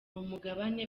umugabane